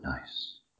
Nice